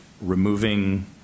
removing